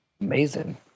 Amazing